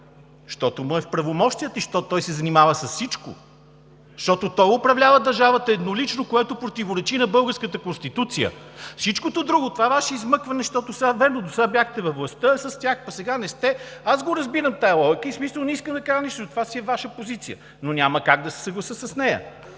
Защото му е в правомощията и защото той се занимава с всичко; защото той управлява държавата еднолично, което противоречи на българската Конституция! Всичко друго – това Ваше измъкване, защото, вярно, досега бяхте във властта с тях, пък сега не сте, аз я разбирам тази логика. Не искам да кажа нищо – това си е Ваша позиция. Но няма как да се съглася с нея!